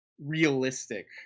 realistic